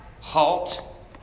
halt